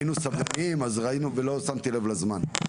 היינו סבלנים ולא שמתי לב לזמן.